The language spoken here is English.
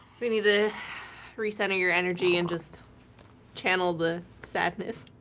we need to recenter your energy, and just channel the sadness.